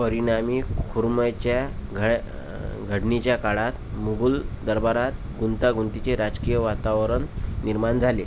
परिणामी खुरम्याच्या घळ्या घडणीच्या काळात मुघल दरबारात गुंतागुंतीचे राजकीय वातावरण निर्माण झाले